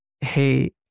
hey